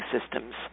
systems